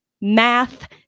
math